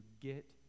get